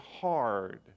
hard